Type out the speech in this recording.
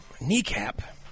kneecap